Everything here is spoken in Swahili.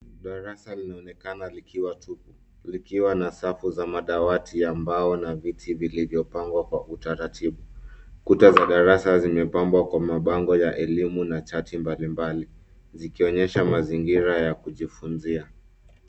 Darasa linaoneka likiwa tupu, likiwa na safu za madawati ya mbao, na viti vilivyopangwa kwa utaratibu. Kuta za darasa zimepambwa kwa mabango ya elimu na chati mbali mbali, zikionyesha mazingira ya kujifunzia.